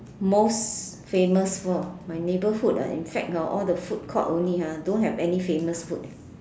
most famous for my neighborhood ah in fact hor all the food court only ah don't have any famous food